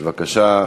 בבקשה.